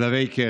צלבי קרס.